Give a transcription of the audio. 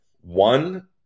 one